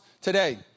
today